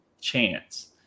chance